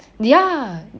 ya